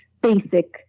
basic